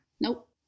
Nope